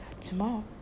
tomorrow